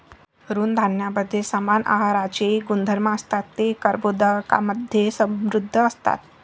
तृणधान्यांमध्ये समान आहाराचे गुणधर्म असतात, ते कर्बोदकांमधे समृद्ध असतात